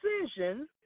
decision